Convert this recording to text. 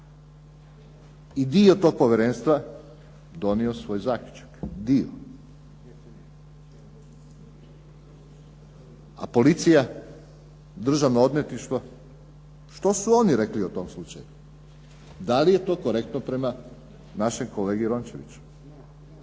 i dio toga povjerenstva donio svoj zaključak. Dio. A policija, državno odvjetništvo, što su oni rekli o tom slučaju, da li je to korektno prema našem kolegi Rončeviću?